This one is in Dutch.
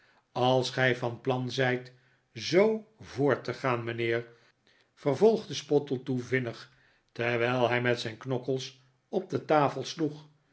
als gij van plan zijt zoo voprt te gaan mijnheer vervolgde spottletoe vinnig terwijl hij met zijn knokkels op de tafel sloeg